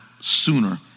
sooner